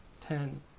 ten